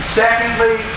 secondly